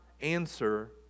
answer